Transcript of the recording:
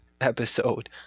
episode